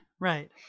right